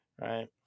Right